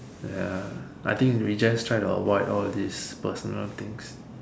ya I think we just try to avoid all these personal things